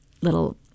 little